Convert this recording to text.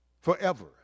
forever